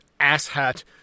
Asshat